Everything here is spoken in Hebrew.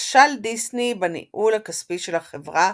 כשל דיסני בניהול הכספי של החברה,